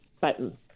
button